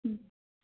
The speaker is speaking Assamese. ও